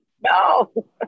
No